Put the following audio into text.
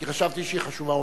כי חשבתי שהיא חשובה.